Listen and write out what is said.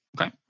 Okay